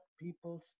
people